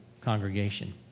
congregation